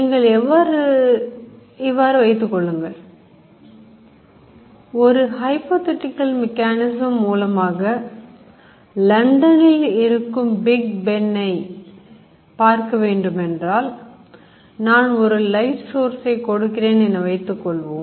நீங்கள் இவ்வாறு வைத்துக்கொள்ளுங்கள் ஒரு Hypothetical Mechanism மூலமாக லண்டனில் இருக்கும் Big Ben ஐ என்றால் நான் ஒரு light source கொடுக்கிறேன் என வைத்துக் கொள்வோம்